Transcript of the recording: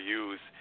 use